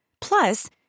Plus